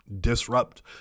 disrupt